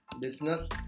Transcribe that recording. Business